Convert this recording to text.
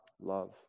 love